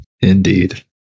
Indeed